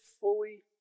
fully